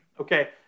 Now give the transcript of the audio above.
Okay